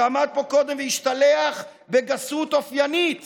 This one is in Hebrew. שעמד פה קודם והשתלח בגסות אופיינית